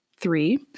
three